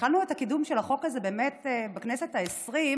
התחלנו את הקידום של החוק הזה בכנסת העשרים,